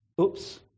Oops